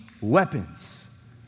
weapons